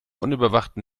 unüberwachten